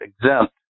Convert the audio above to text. exempt